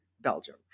Belgium